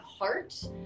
heart